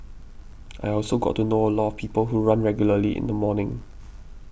I also got to know a lot of people who run regularly in the morning